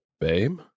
Babe